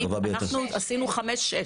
אנחנו עשינו (5) ו-(6).